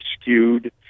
skewed